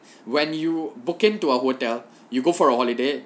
when you book in to a hotel you go for a holiday